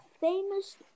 famous